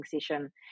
session